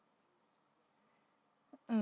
mm